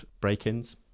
break-ins